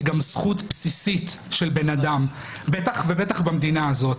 היא גם זכות בסיסית של בן אדם ובטח במדינה הזאת.